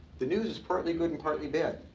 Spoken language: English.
the news is partly good, and partly bad.